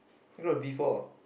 I got a B four